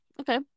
Okay